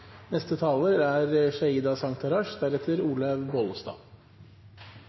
Neste taler er